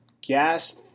gas